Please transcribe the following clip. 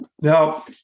Now